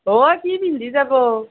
অই কি পিন্ধি যাব